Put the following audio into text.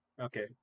Okay